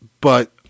But-